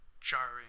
jarring